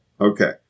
okay